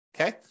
okay